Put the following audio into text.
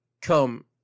come